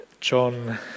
John